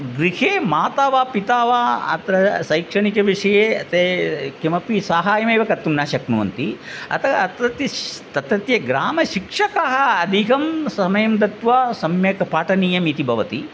गृहे माता वा पिता वा अत्र शैक्षणिकविषये ते किमपि साहाय्यमेव कर्तुं न शक्नुवन्ति अतः अत्रत्य श्श् तत्रत्य ग्रामशिक्षकः अधिकं समयं दत्वा सम्यक् पाठनीयम् इति भवति